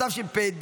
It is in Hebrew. התשפ"ד